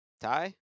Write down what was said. tie